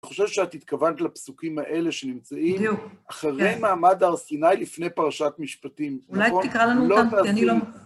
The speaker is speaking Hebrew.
אני חושב שאת התכוונת לפסוקים האלה שנמצאים אחרי מעמד הר סיני לפני פרשת משפטים. אולי תקרא לנו אותם, כי אני לא...